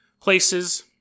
places